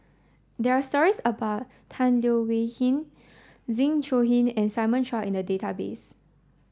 there are stories about Tan Leo Wee Hin Zeng Shouyin and Simon Chua in the database